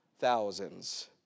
thousands